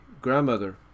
grandmother